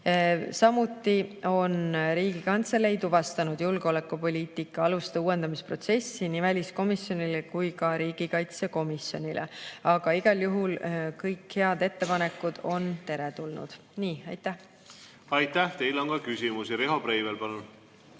Samuti on Riigikantselei [tutvustanud] julgeolekupoliitika aluste uuendamise protsessi nii väliskomisjonile kui ka riigikaitsekomisjonile. Aga igal juhul on kõik head ettepanekud teretulnud. Nii. Aitäh! Aitäh! Teile on ka küsimusi. Riho Breivel, palun!